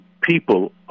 people